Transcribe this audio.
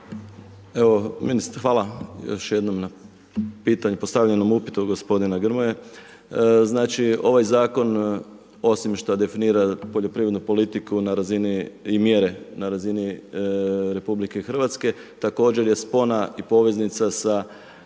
Evo, hvala još jednom na postavljenom upitu od gospodina Grmoje. Znači ovaj zakon osim što definira poljoprivrednu politiku i mjere na razini RH, također je spona i poveznica sa